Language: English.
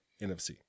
NFC